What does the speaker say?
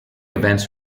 events